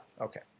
Okay